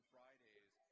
Fridays